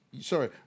Sorry